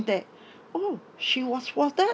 that oh she was warded